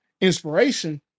inspiration